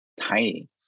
tiny